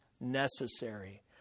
necessary